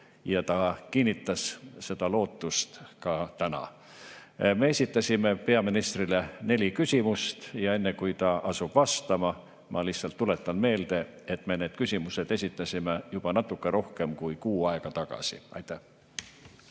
ja ta kinnitas seda lootust. Me oleme esitanud peaministrile neli küsimust. Enne kui ta asub vastama, ma lihtsalt tuletan meelde, et me need küsimused esitasime juba natuke rohkem kui kuu aega tagasi. Aitäh!